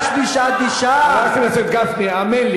שהרי רבותינו כתבו שאין סתירה בין לימוד תורה לעבודה,